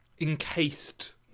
Encased